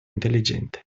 intelligente